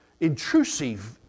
intrusive